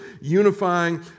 unifying